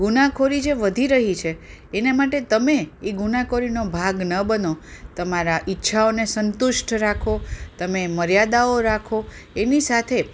ગુનાખોરી જે વધી રહી છે એના માટે તમે એ ગુનાખોરીનો ભાગ ન બનો તમારા ઇચ્છાઓને સંતુષ્ટ રાખો તમે મર્યાદાઓ રાખો એની સાથે